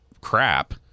crap